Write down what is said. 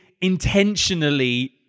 intentionally